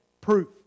proof